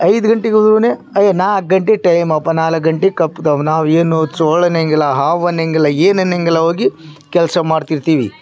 ಐದು ಗಂಟೆಗಾದ್ರು ಹ್ಞೂ ನೆ ಅದು ನಾಲ್ಕು ಗಂಟೆ ಟೈಮಪ್ಪ ನಾಲ್ಕು ಗಂಟೆಗೆ ಕಬ್ಬು ತಾವ ನಾವು ಏನು ಚೇಳು ಅನ್ನೊಂಗಿಲ್ಲ ಹಾವು ಅನ್ನೋಂಗಿಲ್ಲ ಏನು ಅನ್ನೊಂಗಿಲ್ಲ ಹೋಗಿ ಕೆಲಸ ಮಾಡ್ತಿರ್ತೀವಿ